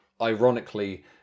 ironically